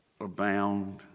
abound